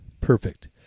Perfect